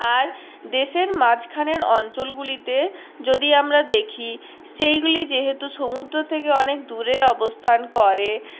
আর দেশের মাঝখানের অঞ্চলগুলিতে যদি আমরা দেখি সেইগুলি যেহেতু সমুদ্র থেকে অনেক দূরে অবস্থান করে